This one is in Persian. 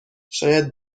شاید